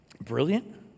brilliant